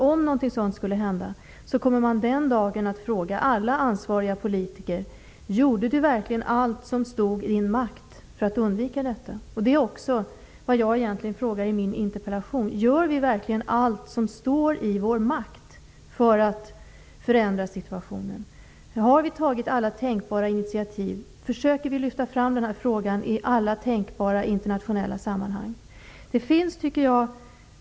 Om en sådan skulle hända, kommer man den dagen att fråga alla ansvariga politiker: Gjorde du verkligen allt som stod i din makt för att undvika detta? Det är egentligen vad jag också frågar i min interpellation: Gör vi verkligen allt som står i vår makt för att förändra situationen? Har vi tagit alla tänkbara initiativ? Försöker vi lyfta fram den här frågan i alla tänkbara internationella sammanhang?